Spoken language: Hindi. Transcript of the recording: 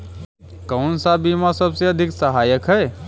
कौन सा बीमा सबसे अधिक सहायक है?